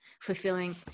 fulfilling